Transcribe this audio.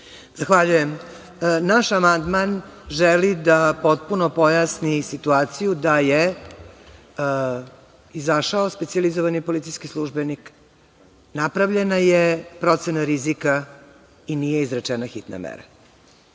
Zahvaljujem. Naš amandman želi da potpuno pojasni situaciju da je izašao specijalizovani policijski službenik, napravljena je procena rizika i nije izrečena hitna mera.